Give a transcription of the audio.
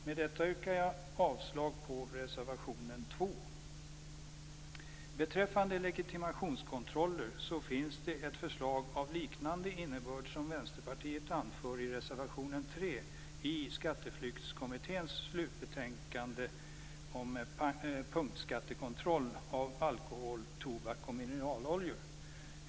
Med detta yrkar jag avslag på reservation 2. Vänsterpartiet anför i reservation 3 ett förslag om legitimationskontroller. Ett förslag med liknande innebörd finns i Skatteflyktskommitténs slutbetänkande Punktskattekontroll av alkohol, tobak och mineralolja m.m.